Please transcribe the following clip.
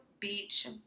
beach